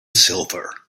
silver